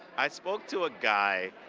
i spoke to a guy